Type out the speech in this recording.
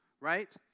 right